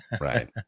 Right